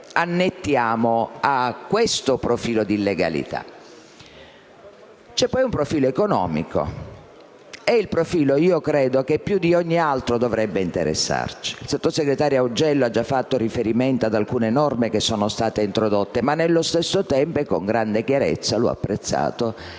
annettiamo a questo profilo di illegalità. C'è poi un profilo economico. É quello - io credo - che più di ogni altro dovrebbe interessarci. Il sottosegretario Augello ha già fatto riferimento ad alcune norme che sono state introdotte. Nello stesso tempo, però, con grande chiarezza - l'ho apprezzato